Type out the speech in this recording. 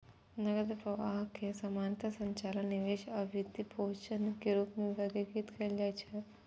नकद प्रवाह कें सामान्यतः संचालन, निवेश आ वित्तपोषण के रूप मे वर्गीकृत कैल जाइ छै